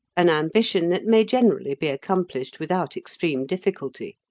an ambition that may generally be accomplished without extreme difficulty.